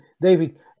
David